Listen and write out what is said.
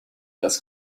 das